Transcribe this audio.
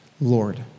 Lord